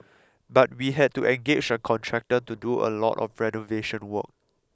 but we had to engage a contractor to do a lot of renovation work